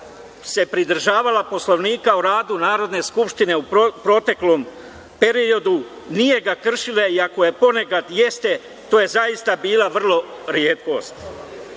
pridržavala Poslovnika o radu Narodne skupštine u proteklom periodu. Nije ga kršila, iako ponekad jeste, to je zaista bila vrlo retkost. Gospođa